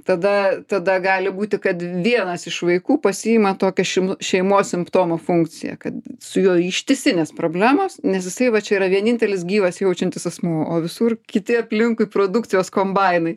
tada tada gali būti kad vienas iš vaikų pasiima tokią šeim šeimos simptomo funkciją kad su juo ištisinės problemos nes jisai va čia yra vienintelis gyvas jaučiantis asmuo o visur kiti aplinkui produkcijos kombainai